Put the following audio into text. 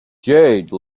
jade